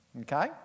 okay